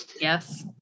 yes